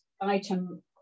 item